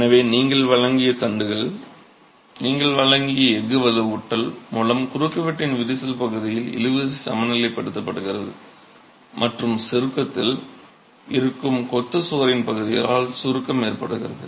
எனவே நீங்கள் வழங்கிய தண்டுகள் நீங்கள் வழங்கிய எஃகு வலுவூட்டல் மூலம் குறுக்குவெட்டின் விரிசல் பகுதியில் இழுவிசை சமநிலைப்படுத்தப்படுகிறது மற்றும் சுருக்கத்தில் இருக்கும் கொத்து சுவரின் பகுதியால் சுருக்கம் ஏற்படுகிறது